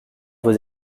vos